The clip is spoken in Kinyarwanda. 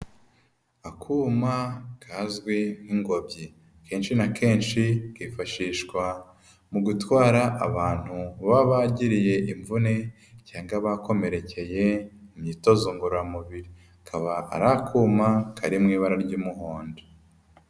Akuma kazwi nk'ingobyi kenshi na kenshi kifashishwa mu gutwara abantu baba bagiriye imvune cyangwa bakomerekeye, imyitozo ngororamubiri, kaba ari akuma kari mu ibara ry'umuhondo.